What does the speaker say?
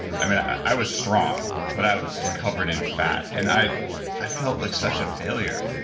i was strong but i was just covered in fat. and i i felt like such a failure.